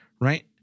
right